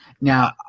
Now